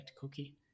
Cookie